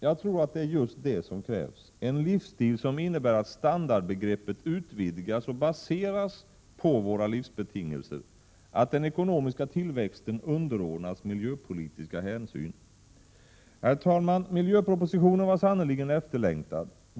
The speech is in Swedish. Jag tror att det är just det som krävs: en livsstil som innebär att standardbegreppet utvidgas och baseras på våra livsbetingelser, att den ekonomiska tillväxten underordnas miljöpolitiska hänsyn. Herr talman! Miljöpropositionen var sannerligen efterlängtad.